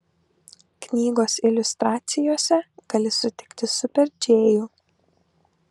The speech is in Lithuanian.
knygos iliustracijose gali sutikti super džėjų